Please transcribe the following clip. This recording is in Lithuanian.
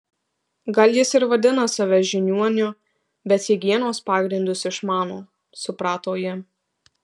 gal jis ir vadina save žiniuoniu bet higienos pagrindus išmano suprato ji